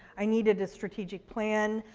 i needed to strategic plan.